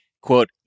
quote